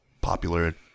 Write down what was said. popular